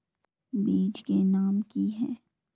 बीज के नाम की है?